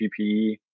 PPE